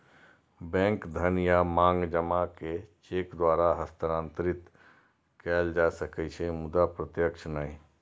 bank धन या मांग जमा कें चेक द्वारा हस्तांतरित कैल जा सकै छै, मुदा प्रत्यक्ष नहि